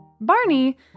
Barney